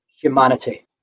humanity